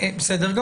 בסדר.